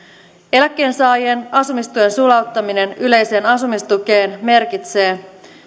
eläkkeensaajien asumistuen sulauttaminen yleiseen asumistukeen merkitsee